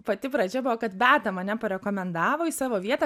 pati pradžia buvo kad beata mane parekomendavo į savo vietą